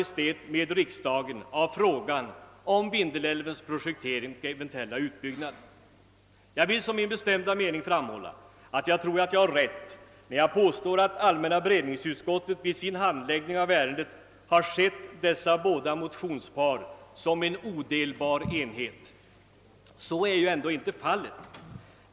Jag vill som min bestämda mening framhålla att allmänna beredningsutskottet vid sin handläggning av ärendet har sett dessa båda motionspar som en odelbar enhet. Så är ju ändå inte fallet.